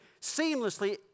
seamlessly